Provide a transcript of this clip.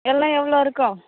எல்லாம் எவ்வளோ இருக்கும்